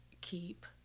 keep